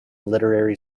literary